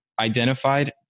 identified